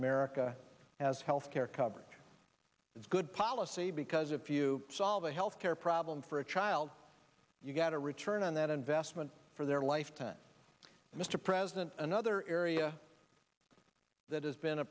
america has health care coverage that's good policy because if you solve a health care problem for a child you get a return on that investment for their lifetime mr president another area that has been a